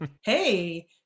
hey